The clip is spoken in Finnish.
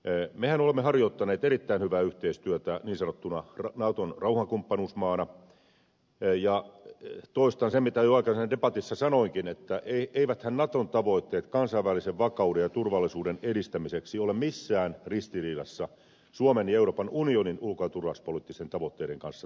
mehän olemme harjoittaneet erittäin hyvää yhteistyötä niin sanottuna naton rauhankumppanuusmaana ja toistan sen mitä jo aikaisemmin debatissa sanoinkin että eiväthän naton tavoitteet kansainvälisen vakauden ja turvallisuuden edistämiseksi ole missään ristiriidassa suomen ja euroopan unionin ulko ja turvallisuuspoliittisten tavoitteiden kanssa tällä hetkellä